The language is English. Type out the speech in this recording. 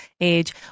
age